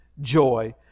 joy